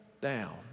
down